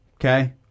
Okay